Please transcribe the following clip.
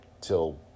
till